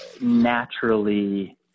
naturally